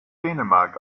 dänemark